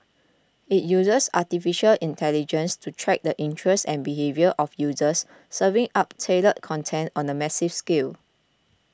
it uses Artificial Intelligence to track the interests and behaviour of users serving up tailored content on a massive scale